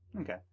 Okay